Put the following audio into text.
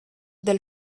del